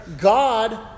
God